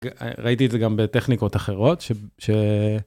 ראיתי את זה גם בטכניקות אחרות.